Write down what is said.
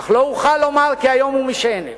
אך לא אוכל לומר כי היום הוא משענת.